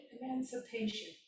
emancipation